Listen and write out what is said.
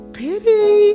pity